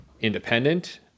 independent